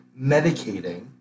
medicating